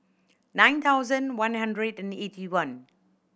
nine thousand one hundred and eighty one